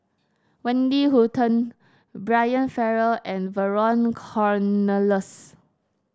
Wendy Hutton Brian Farrell and Vernon Cornelius